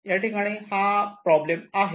याठिकाणी हा प्रॉब्लेम आहे